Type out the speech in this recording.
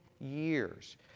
years